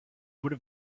would